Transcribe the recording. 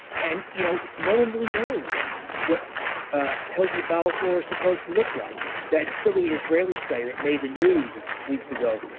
and you know, no one really knows what healthy bowel flora is supposed to look like. that silly is rarely studied, it made the news a few weeks ago.